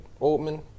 Oldman